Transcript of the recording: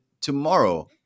tomorrow